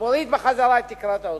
מוריד בחזרה את תקרת ההוצאה.